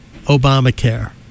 Obamacare